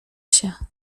się